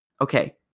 Okay